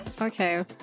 Okay